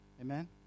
amen